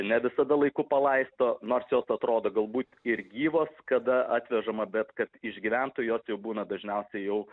ne visada laiku palaisto nors jos atrodo galbūt ir gyvos kada atvežama bet kad išgyventų jos jau būna dažniausiai jau